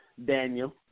Daniel